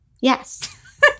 Yes